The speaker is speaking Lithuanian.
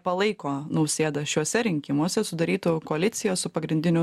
palaiko nausėdą šiuose rinkimuose sudarytų koaliciją su pagrindiniu